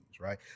Right